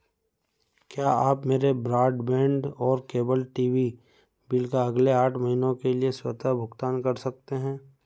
क्या आप मेरे ब्रॉडबैंड और केबल टी वी बिल का अगले आठ महीनों के लिए स्वतः भुगतान कर सकते हैं